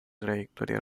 trayectoria